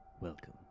Welcome